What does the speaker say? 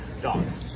Dogs